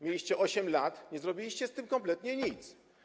Mieliście 8 lat, nie zrobiliście z tym kompletnie nic.